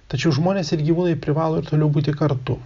tačiau žmonės ir gyvūnai privalo ir toliau būti kartu